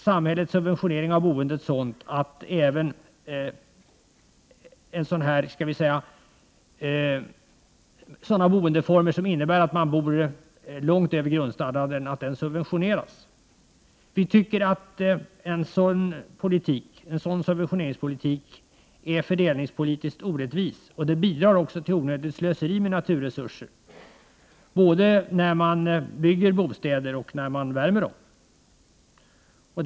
Samhällets subventionering av boendet är sådan att även den typen av boende subventioneras. Vi tycker att en sådan subventioneringspolitik är fördelningspolitiskt orättvis. Den bidrar också till onödigt slöseri med naturresurser, både när bostäderna byggs och när man värmer dem.